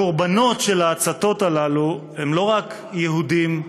הקורבנות של ההצתות הללו הם לא רק יהודים,